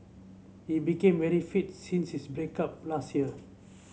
he became very fit since his break up last year